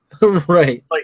Right